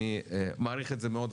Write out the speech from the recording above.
אני מעריך את זה מאוד,